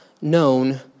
known